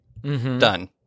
Done